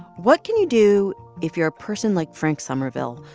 what can you do if you're a person like frank sommerville,